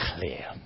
clear